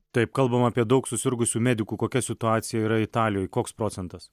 taip kalbama apie daug susirgusių medikų kokia situacija yra italijoj koks procentas